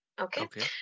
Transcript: okay